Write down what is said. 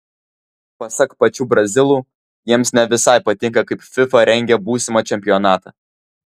pasak pačių brazilų jiems ne visai patinka kaip fifa rengia būsimą čempionatą